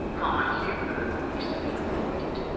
my humour is to be avoided